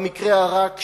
במקרה הרע,